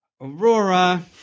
Aurora